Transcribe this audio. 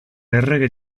errege